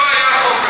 למה לא?